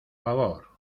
favor